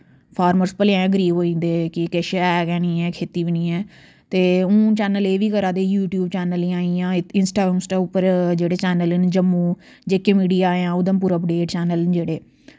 farmers भलेयां गै गरीब होई जंदे हे कि किश है गै निं ऐ खेत्ती बी निं ऐ ते हून चैन्नल एह् बी करा दे यूटयूब चैन्नल जां इ'यां इंस्टा उंस्टा उप्पर जेह्ड़े चैन्नल न जम्मू जे के मिडिया जां ऊधमपुर अपडेय चैन्नल न जेह्ड़े